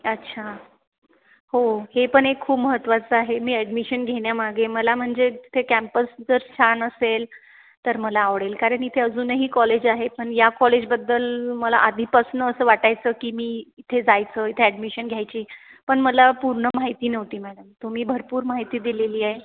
अच्छा हो हे पण एक खूप महत्त्वाचं आहे मी ॲडमिशन घेण्यामागे मला म्हणजे तिथे कॅम्पस जर छान असेल तर मला आवडेल कारण इथे अजूनही कॉलेज आहे पण या कॉलेजबद्दल मला आधीपासनं असं वाटायचं की मी इथे जायचं इथे ॲडमिशन घ्यायची पण मला पूर्ण माहिती नव्हती मॅडम तुम्ही भरपूर माहिती दिलेली आहे